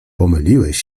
pomyliłeś